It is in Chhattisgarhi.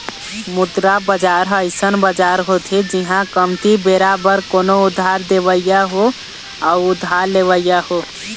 मुद्रा बजार ह अइसन बजार होथे जिहाँ कमती बेरा बर कोनो उधार देवइया हो अउ उधार लेवइया हो